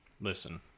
Listen